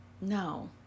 no